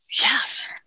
Yes